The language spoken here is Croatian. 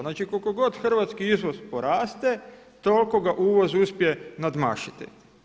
Znači koliko god hrvatski izvoz poraste toliko ga uvoz uspije nadmašiti.